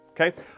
okay